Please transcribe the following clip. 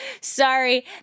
sorry